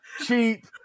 Cheap